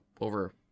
over